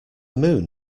moon